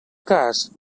cas